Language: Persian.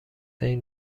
این